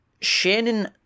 Shannon